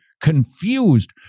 confused